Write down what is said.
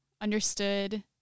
understood